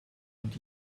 und